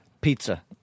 Pizza